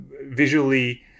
visually